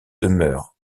demeure